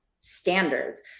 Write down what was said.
standards